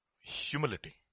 Humility